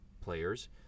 players